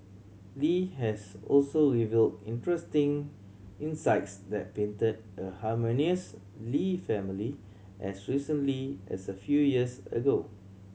Li has also revealed interesting insights that painted a harmonious Lee family as recently as a few years ago